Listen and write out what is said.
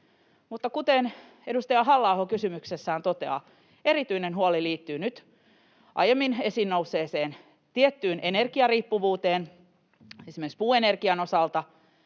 kuten edustaja Halla-aho kysymyksessään toteaa, erityinen huoli liittyy nyt aiemmin esiin nousseeseen tiettyyn energiariippuvuuteen, esimerkiksi puuenergian osalta,